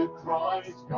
Christ